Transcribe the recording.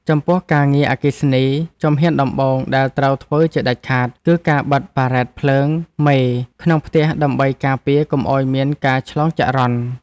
ចំពោះការងារអគ្គិសនី ជំហានដំបូងដែលត្រូវធ្វើជាដាច់ខាត គឺការបិទបារ៉ែតភ្លើងមេក្នុងផ្ទះដើម្បីការពារកុំឱ្យមានការឆ្លងចរន្ត។